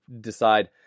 decide